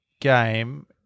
game